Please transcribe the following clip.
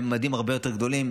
בממדים הרבה יותר גדולים.